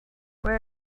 where